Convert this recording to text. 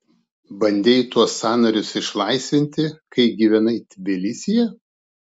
bandei tuos sąnarius išlaisvinti kai gyvenai tbilisyje